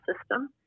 system